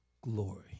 glory